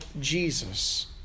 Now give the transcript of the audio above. Jesus